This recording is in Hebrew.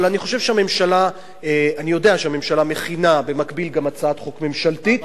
אבל אני יודע שהממשלה מכינה במקביל הצעת חוק ממשלתית.